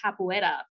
capoeira